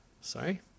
sorry